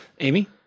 Amy